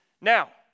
Now